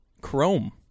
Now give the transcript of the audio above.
Chrome